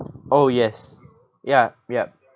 oh yes ya yup